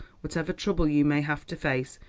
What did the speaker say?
whatever trouble you may have to face,